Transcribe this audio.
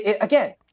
again